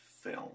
film